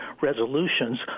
resolutions